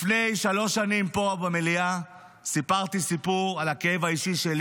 לפני שלוש שנים פה במליאה סיפרתי סיפור על הכאב האישי שלי